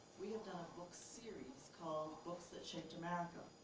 we have done a book series called books that shaped america.